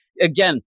Again